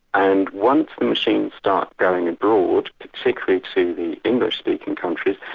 and once the machine starts going abroad, particularly to the english-speaking countries,